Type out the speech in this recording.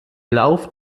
lauf